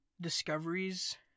discoveries